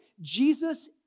Jesus